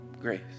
Grace